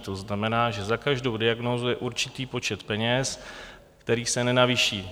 To znamená, že za každou diagnózu je určitý počet peněz, který se nenavýší.